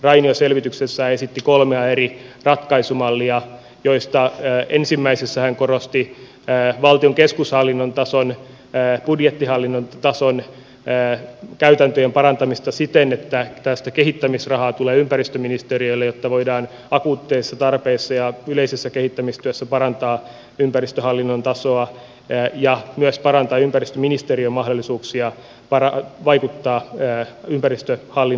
rainio selvityksessään esitti kolmea eri ratkaisumallia joista ensimmäisessä hän korosti valtion keskushallinnon tason budjettihallinnon tason käytäntöjen parantamista siten että tästä kehittämisrahaa tulee ympäristöministeriölle jotta voidaan akuuteissa tarpeissa ja yleisessä kehittämistyössä parantaa ympäristöhallinnon tasoa ja parantaa myös ympäristöministeriön mahdollisuuksia vaikuttaa ympäristöhallinnon resursointiin